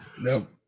Nope